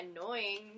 annoying